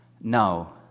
no